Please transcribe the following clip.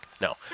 No